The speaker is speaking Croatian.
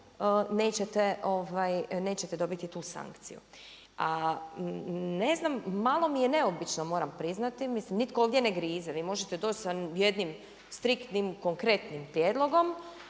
nećete dobiti tu sankciju. A ne znam, malo mi je neobično, moram priznati, mislim nitko ovdje ne grize, vi možete doći sa jednim striktnim, konkretnim prijedlogom